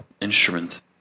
instrument